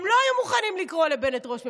הם לא היו מוכנים לקרוא לבנט ראש ממשלה,